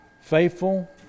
faithful